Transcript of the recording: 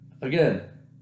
Again